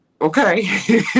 Okay